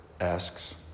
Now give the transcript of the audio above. asks